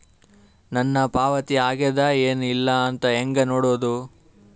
ನನ್ನ ಪಾವತಿ ಆಗ್ಯಾದ ಏನ್ ಇಲ್ಲ ಅಂತ ಹೆಂಗ ನೋಡುದು?